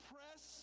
Press